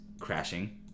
crashing